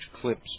clips